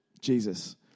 Jesus